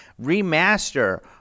remaster